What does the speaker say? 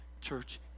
church